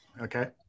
Okay